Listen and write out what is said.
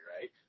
Right